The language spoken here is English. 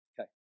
okay